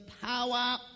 Power